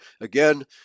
Again